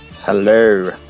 Hello